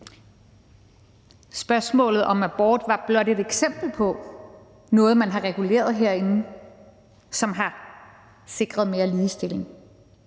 Spørgsmålet om abort var blot et eksempel på noget, man har reguleret herinde, som har sikret mere ligestilling.